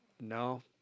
no